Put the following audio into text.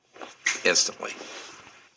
instantly